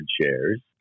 shares